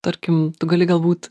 tarkim tu gali galbūt